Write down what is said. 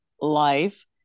life